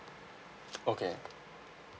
okay